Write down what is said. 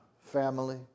family